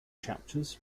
chapters